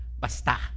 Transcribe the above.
Basta